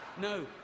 no